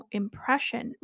impression